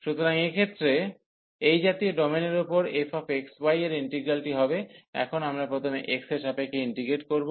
সুতরাং এক্ষেত্রে এই জাতীয় ডোমেনের উপর এই fxy এর ইন্টিগ্রালটি হবে এখন আমরা প্রথমে x এর সাপেক্ষে ইন্টিগ্রেট করব